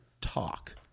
talk